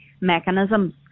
mechanisms